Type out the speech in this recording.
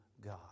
God